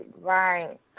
right